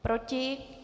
Proti?